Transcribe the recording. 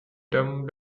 dub